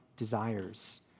desires